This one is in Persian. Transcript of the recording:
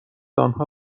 آنها